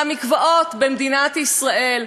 המקוואות במדינת ישראל,